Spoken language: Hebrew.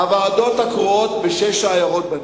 הוועדות הקרואות בשש העיירות בנגב,